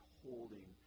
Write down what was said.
holding